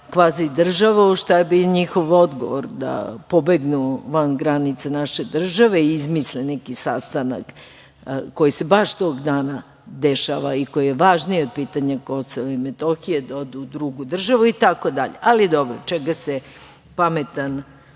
kvazi državu, šta je bio njihov odgovor - da pobegnu van granica naše države i izmisle neki sastanak koji se baš tog dana dešava i koji je važniji od pitanja KiM, da odu u drugu državu, itd. Ali, dobro, čega se pametan